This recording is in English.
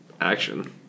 action